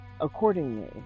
accordingly